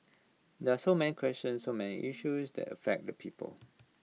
there are so many questions so many issues that affect the people